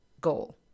goal